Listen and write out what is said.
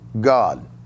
God